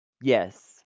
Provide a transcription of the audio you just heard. Yes